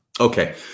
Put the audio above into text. Okay